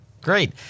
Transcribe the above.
Great